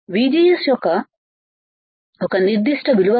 VGS యొక్క ఒక నిర్దిష్ట విలువకి